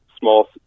small